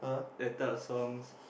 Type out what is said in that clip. that type of songs